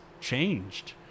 changed